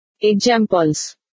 Examples